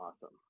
awesome